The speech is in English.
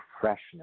freshness